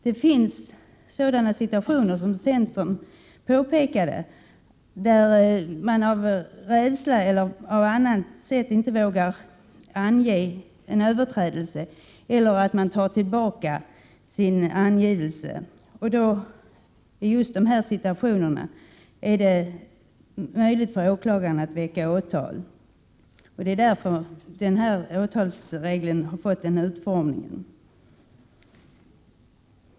Det finns, som centern har påpekat, sådana situationer där man av rädsla eller av andra skäl tar tillbaka anmälan eller inte vågar ange en överträdelse. I just dessa situationer är det möjligt för åklagaren att väcka åtal. Det är därför som åtalsregeln har fått denna utformning.